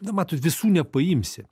na matot visų nepaimsi